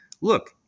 look